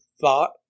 thought